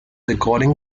according